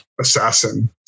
assassin